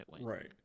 Right